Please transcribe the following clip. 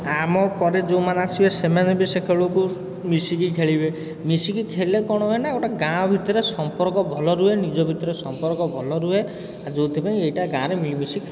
ଆମ ପରେ ଯେଉଁମାନେ ଆସିବେ ସେମାନେ ବି ସେ ଖେଳକୁ ମିଶିକି ଖେଳିବେ ମିଶିକି ଖେଳିଲେ କଣ ହୁଏ ନା ଗୋଟେ ଗାଁ ଭିତରେ ସମ୍ପର୍କ ଭଲ ରୁହେ ନିଜ ଭିତରେ ସମ୍ପର୍କ ଭଲ ରୁହେ ଆଉ ଯେଉଁଥିପାଇଁ ଏଇଟା ଗାଁରେ ମିଳିମିଶି